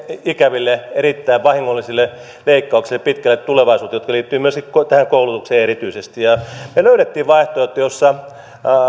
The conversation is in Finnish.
ikäville erittäin vahingollisille leikkauksille pitkälle tulevaisuuteen jotka liittyvät myöskin tähän koulutukseen erityisesti me löysimme vaihtoehdon jossa